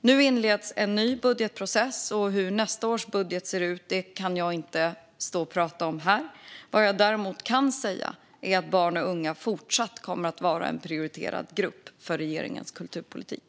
Nu inleds en ny budgetprocess, och hur nästa års budget ser ut kan jag inte stå och prata om här. Vad jag däremot kan säga är att barn och unga fortsatt kommer att vara en prioriterad grupp för regeringens kulturpolitik.